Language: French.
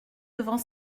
devant